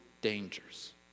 dangers